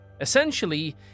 Essentially